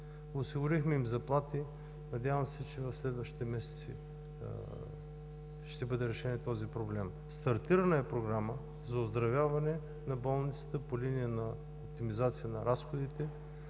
Осигурихме им заплати, надявам се, че в следващите месеци ще бъде решен и този проблем. Стартирана е Програма за оздравяване на болницата по линия на оптимизация на разходите,